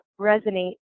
resonate